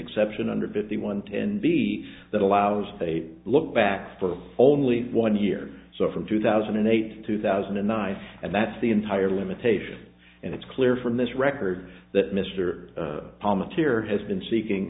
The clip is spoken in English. exception under fifty one and b that allows they look back for only one year or so from two thousand and eight two thousand and nine and that's the entire limitation and it's clear from this record that mr obama care has been seeking